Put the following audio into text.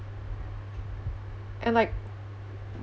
and like